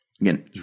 Again